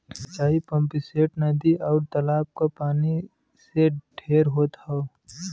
सिंचाई पम्पिंगसेट, नदी, आउर तालाब क पानी से ढेर होत हौ